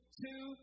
two